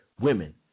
women